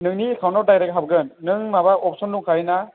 नोंनि एकाउन्टआव डाइरेक्ट हाबगोन नों माबा अपसन दंखायो ना